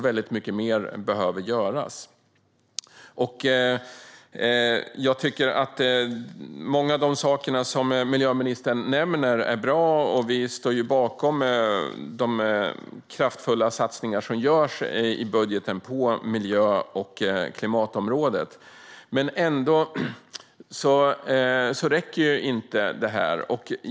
Väldigt mycket mer behöver alltså göras. Jag tycker att många av de saker som miljöministern nämner är bra, och vi står bakom de kraftfulla satsningar på miljö och klimatområdet som görs i budgeten. Men det räcker ändå inte.